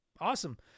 awesome